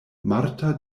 marta